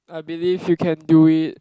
I believe you can do it